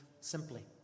simply